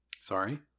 Sorry